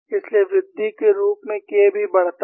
इसलिए वृद्धि के रूप में K भी बढ़ता है